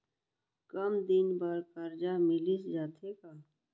कम दिन बर करजा मिलिस जाथे का?